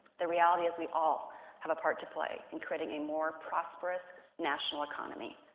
the reality is we all have a part to play in creating a more prosperous, national economy,